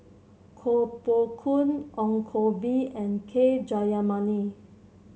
Koh Poh Koon Ong Koh Bee and K Jayamani